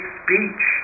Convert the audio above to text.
speech